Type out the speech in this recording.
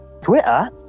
Twitter